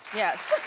yes.